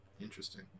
Interesting